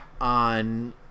On